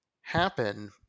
happen